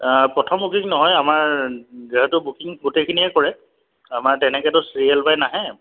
প্ৰথম বুকিং নহয় আমাৰ যিহেতু বুকিং গোটেইখিনিয়ে কৰে আমাৰ তেনেকৈতো চিৰিয়েল পাই নাহে